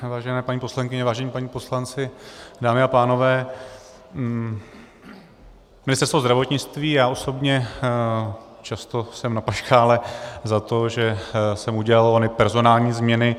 Vážené paní poslankyně, vážení páni poslanci, dámy a pánové, Ministerstvo zdravotnictví a já osobně často jsem na paškále za to, že jsem udělal ony personální změny.